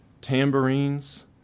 tambourines